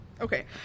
Okay